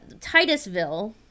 Titusville